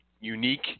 unique